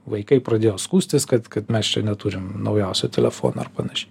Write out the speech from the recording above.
vaikai pradėjo skųstis kad kad mes čia neturim naujausio telefono ir panašiai